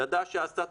ידע שהסטטוס,